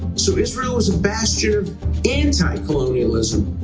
so israel is a bastion of anti-colonialism!